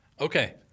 Okay